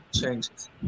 changes